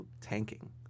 tanking